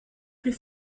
plus